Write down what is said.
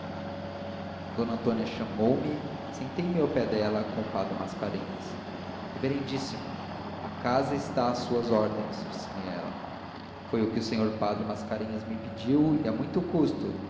d antônia chamou-me sentei-me ao pé dela com o padre mascarenhas reverendíssimo a casa está às suas ordens disse-me ela fiz o que o sr padre mascarenhas me pediu e a muito custo